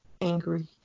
angry